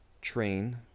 train